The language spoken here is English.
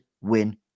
win